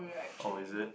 oh is it